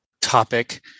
topic